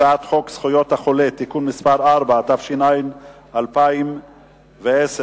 הצעת חוק זכויות החולה (תיקון מס' 4), התש"ע 2010,